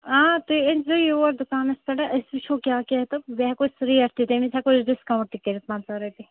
اۭں تُہۍ أنۍزیو یور دُکانَس پٮ۪ٹھ أسۍ وٕچھُو کیٛاہ کیٛاہ تہٕ بیٚیہِ ہٮ۪کو أسۍ ریٹ تہِ تَمہِ وِزِ ہٮ۪کو أسۍ ڈِسکاوُنٛٹ تہِ کٔرِتھ پنٛژاہ رۄپیہِ